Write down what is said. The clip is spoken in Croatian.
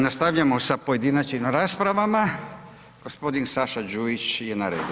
Nastavljamo sa pojedinačnim raspravama, gospodin Saša Đujić je na redu.